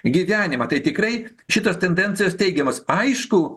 gyvenimą tai tikrai šitos tendencijos teigiamos aišku